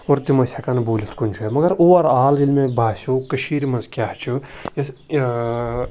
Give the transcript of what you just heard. اور تِم ٲسۍ ہیٚکان بوٗلِتھ کُنہِ جایہِ مَگَر اُوَرآل ییٚلہِ مےٚ باسیٚو کٔشیٖر مَنٛز کیاہ چھُ